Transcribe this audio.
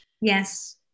Yes